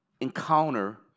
encounter